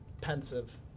pensive